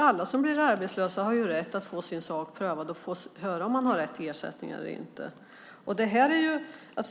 Alla som blir arbetslösa har rätt att få sin sak prövad och få höra om de har rätt till ersättning eller inte.